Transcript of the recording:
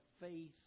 faith